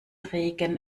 regen